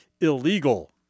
Illegal